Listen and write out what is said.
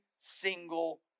single